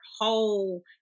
whole